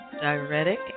diuretic